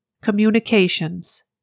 Communications